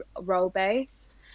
role-based